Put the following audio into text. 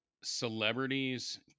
celebrities